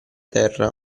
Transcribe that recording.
terra